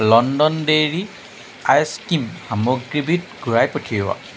London dairy ice cream সামগ্ৰীবিধ ঘূৰাই পঠিওৱা